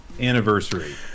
anniversary